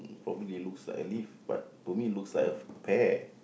probably looks like a leaf but to me looks like a pear